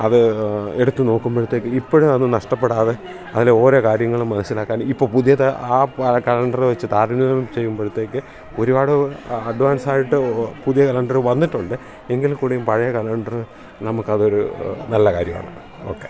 അത് എടുത്തു നോക്കുമ്പോഴത്തേക്ക് ഇപ്പോഴും അത് നഷ്ടപ്പെടാതെ അതിലെ ഓരോ കാര്യങ്ങളും മനസ്സിലാക്കാൻ ഇപ്പം പുതിയ ത ആ കലണ്ടർ വെച്ച് താരതമ്യം ചെയ്യുമ്പോഴത്തേക്ക് ഒരുപാട് അഡ്വാൻസായിട്ട് പുതിയ കലണ്ടർ വന്നിട്ടുണ്ട് എങ്കിൽ കൂടിയും പഴയ കലണ്ടർ നമുക്കതൊരു നല്ല കാര്യമാണ് ഓക്കെ